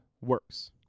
works